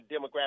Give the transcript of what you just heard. demographic